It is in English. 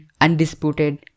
undisputed